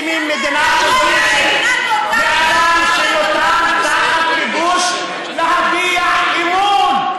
איזה מין מדינה שדורשת מאדם שנותר תחת כיבוש להביע אמון?